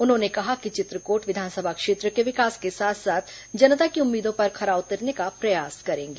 उन्होंने कहा कि वे चित्रकोट विधानसभा क्षेत्र के विकास के साथ साथ जनता की उम्मीदों पर खरा उतरने का प्रयास करेंगे